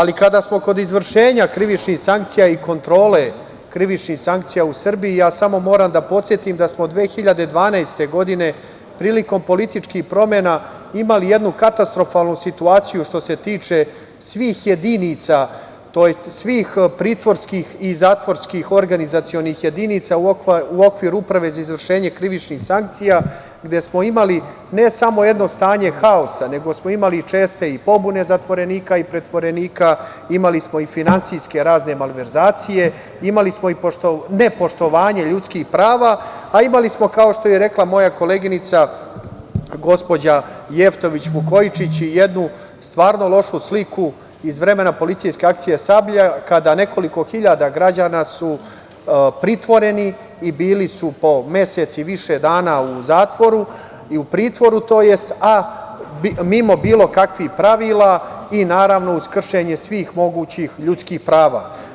Ali, kada smo kod izvršenja krivičnih sankcija i kontrole krivičnih sankcija u Srbiji, ja samo moram da podsetim da smo od 2012. godine, prilikom političkih promena, imali jednu katastrofalnu situaciju što se tiče svih jedinica, tj. svih pritvorskih i zatvorskih organizacionih jedinica u okviru Uprave za izvršenje krivičnih sankcija, gde smo imali ne samo jedno stanje haosa, nego smo imali i česte pobune zatvorenika i pritvorenika, imali smo i razne finansijske malverzacije, imali smo i nepoštovanje ljudskih prava, a imali smo, kao što je i rekla moja koleginica gospođa Jevtović Vukojičić, jednu stvarno lošu sliku iz vremena policijske akcije „Sablja“, kada je nekoliko hiljada građana pritvoreno i bili su po mesec i više dana u zatvoru i u pritvoru, a mimo bilo kakvih pravila i, naravno, uz kršenje svih mogućih ljudskih prava.